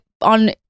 on